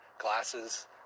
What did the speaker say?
glasses